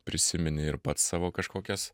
prisimeni ir pats savo kažkokias